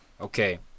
Okay